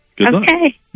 Okay